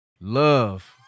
Love